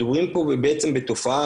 מדברים פה בעצם על תופעה,